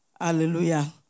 Hallelujah